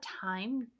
time